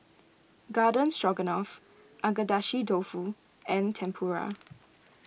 Garden Stroganoff Agedashi Dofu and Tempura